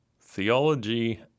theology